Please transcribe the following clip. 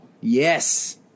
yes